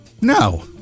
No